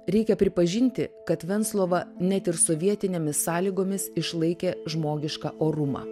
reikia pripažinti kad venclova net ir sovietinėmis sąlygomis išlaikė žmogišką orumą